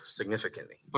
significantly